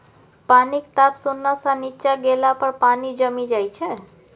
पानिक ताप शुन्ना सँ नीच्चाँ गेला पर पानि जमि जाइ छै